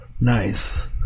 Nice